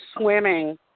swimming